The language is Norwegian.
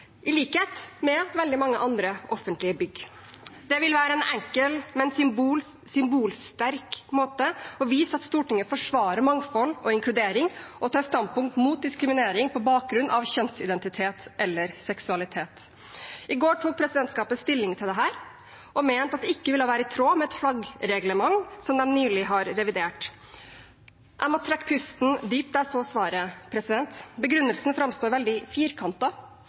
i likhet med veldig mange andre offentlige bygg. Det ville være en enkel, men symbolsterk måte å vise at Stortinget forsvarer mangfold og inkludering og tar standpunkt mot diskriminering på bakgrunn av kjønnsidentitet eller seksualitet, på. I går tok presidentskapet stilling til dette og mente det ikke ville være i tråd med et flaggreglement som de nylig har revidert. Jeg måtte trekke pusten dypt da jeg så svaret. Begrunnelsen framstår veldig